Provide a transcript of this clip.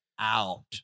out